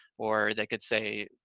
or they could say,